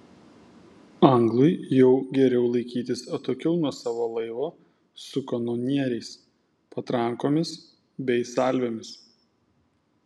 anglui jau geriau laikytis atokiau nuo savo laivo su kanonieriais patrankomis bei salvėmis